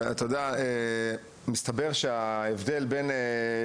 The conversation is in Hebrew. מסתבר שההבדל בין המשטרה,